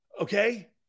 Okay